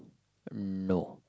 no